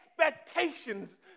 expectations